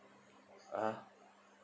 (uh huh)